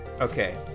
okay